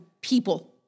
people